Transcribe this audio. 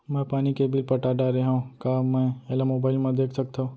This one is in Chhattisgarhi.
मैं पानी के बिल पटा डारे हव का मैं एला मोबाइल म देख सकथव?